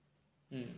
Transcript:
mm